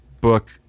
book